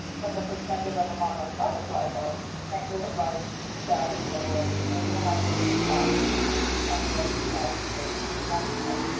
from the perspective of a monarch butterfly, though, st. louis lies smack-dab in the middle of its annual migration path between canada, united states, and mexico.